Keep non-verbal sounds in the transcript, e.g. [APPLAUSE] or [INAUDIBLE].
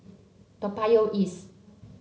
Toa Payoh East [NOISE]